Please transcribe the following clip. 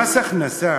במס הכנסה